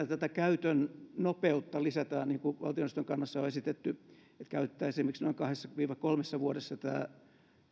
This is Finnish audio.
tätä käytön nopeutta vielä lisätään niin kuin valtioneuvoston kannassa on esitetty että käytettäisiin esimerkiksi noin kahdessa kolmessa vuodessa tämä